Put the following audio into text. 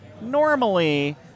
normally